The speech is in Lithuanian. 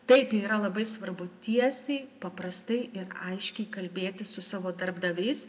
taip yra labai svarbu tiesiai paprastai ir aiškiai kalbėtis su savo darbdaviais